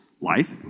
life